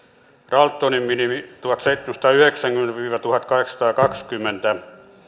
daltonin minimi tuhatseitsemänsataayhdeksänkymmentä viiva tuhatkahdeksansataakaksikymmentä